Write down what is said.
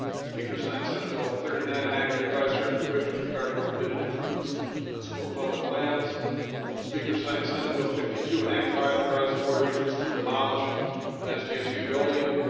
speaker signed senate bill thirty nine an act revise certain provisions regarding permitted improvements on school and public lands the speaker signed senate bill fifty two in act i authorized the board of regents to demolish an sdsu building